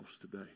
today